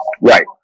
Right